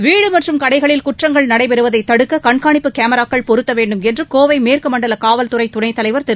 வீடு மற்றும் கடைகளில் குற்றங்கள் நடைபெறுவதை தடுக்க கண்காணிப்புக் கேமராக்கள் பொருத்த வேண்டும் என்று கோவை மேற்கு மண்டல காவல்துறை துணைத் தலைவர் திரு